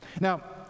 Now